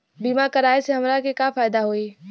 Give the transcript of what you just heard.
बीमा कराए से हमरा के का फायदा होई?